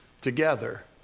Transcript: together